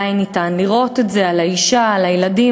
וודאי ניתן לראות את זה על האישה, על הילדים.